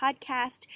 Podcast